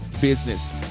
business